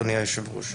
אדוני היושב-ראש.